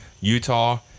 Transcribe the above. Utah